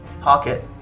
pocket